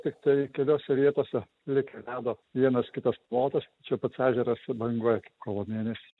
tiktai keliose vietose likę ledo vienas kitas plotas tačiau pats ežeras banguoja kaip kovo mėnesį